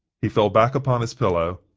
he fell back upon his pillow,